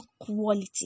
quality